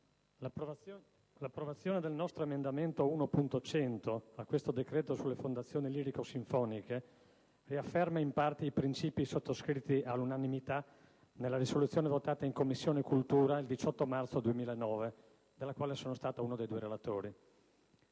l'approvazione dell'emendamento 1.100 da noi presentato a questo decreto-legge sulle fondazioni lirico-sinfoniche riafferma, in parte, i principi sottoscritti all'unanimità nella risoluzione votata nella 7a Commissione il 18 marzo 2009, della quale sono stato uno dei due relatori.